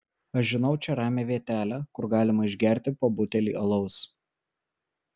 aš žinau čia ramią vietelę kur galima išgerti po butelį alaus